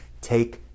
Take